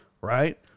right